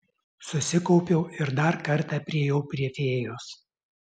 susikaupiau ir dar kartą priėjau prie fėjos